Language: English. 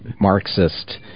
Marxist